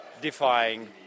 defying